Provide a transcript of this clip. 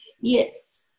Yes